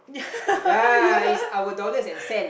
yeah yeah